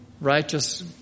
righteous